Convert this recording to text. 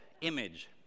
image